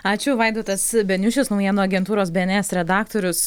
ačiū vaidotas beniušis naujienų agentūros bns redaktorius